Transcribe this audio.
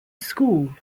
school